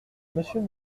monsieur